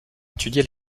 étudié